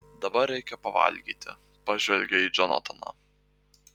dabar reikia pavalgyti pažvelgia į džonataną